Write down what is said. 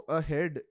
ahead